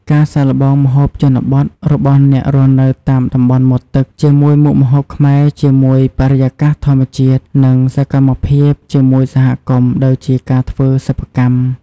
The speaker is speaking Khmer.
ការសាកល្បងម្ហូបជនបទរបស់អ្នករស់នៅតាមតំបន់មាត់ទឹកជាមួយមុខម្ហូបខ្មែរជាមួយបរិកាសធម្មជាតិ និងសកម្មភាពជាមួយសហគមន៍ដូចជាការធ្វើសិប្បកម្ម។